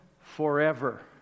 forever